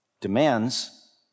demands